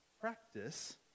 practice